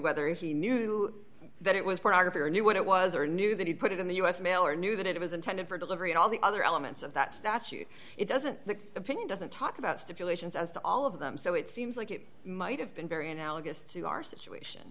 whether he knew that it was pornography or knew what it was or knew that he put it in the u s mail or knew that it was intended for delivery and all the other elements of that statute it doesn't opinion doesn't talk about stipulations as all of them so it seems like it might have been very analogous to our situation